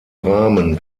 rahmen